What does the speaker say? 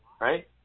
right